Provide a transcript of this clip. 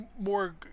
more